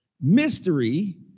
Mystery